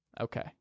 Okay